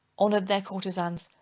honored their courtezans,